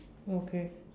okay